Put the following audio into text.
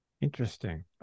Interesting